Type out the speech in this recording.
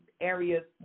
areas